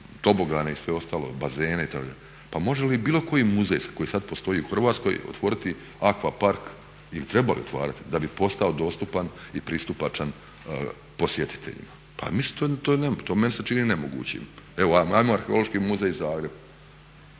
tobogane i sve ostalo, bazene itd. Pa može li bilo koji muzej koji sad postoji u Hrvatskoj otvoriti aquapark ili treba li otvarati da bi postao dostupan i pristupačan posjetiteljima. Mislim to je nemoguće, meni se čini nemogućim. Evo, ajmo Arheološki muzej Zagreb,